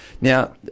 Now